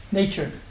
nature